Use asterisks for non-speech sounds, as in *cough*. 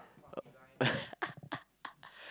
*laughs*